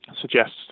suggests